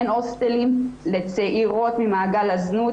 אין הוסטלים לצעירות ממעגל הזנות,